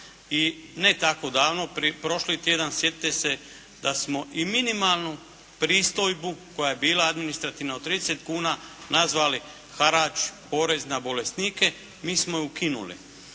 i ne tako davno, prošli tjedan, sjetite se da smo i minimalnu pristojbu koja je bila administrativna od 30 kuna nazvali harač, porez na bolesnike, mi smo je ukinuli.